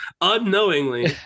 unknowingly